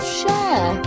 share